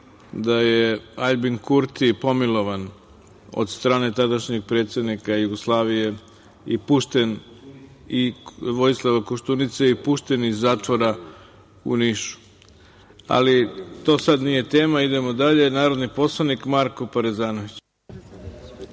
da je Aljbin Kurti pomilovan od strane tadašnjeg predsednika Jugoslavije i Vojislava Koštunice i pušten iz zatvora u Nišu. Ali, to sad nije tema. Narodni poslanik Marko Parezanović